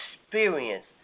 experience